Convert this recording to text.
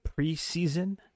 preseason